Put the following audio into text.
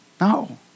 No